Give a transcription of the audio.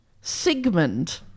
Sigmund